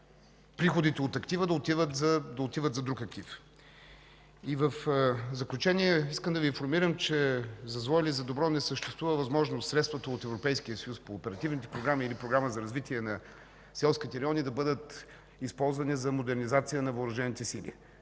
приходите от актива да отиват за друг актив. В заключение искам да Ви информирам, че за зло или за добро не съществува възможност средствата от Европейския съюз по оперативните програми или Програма за развитие на селските райони да бъдат използвани за модернизация на Въоръжените сили.